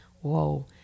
whoa